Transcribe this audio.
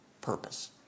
purpose